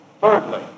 Thirdly